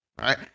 right